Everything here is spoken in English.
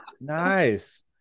nice